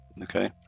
Okay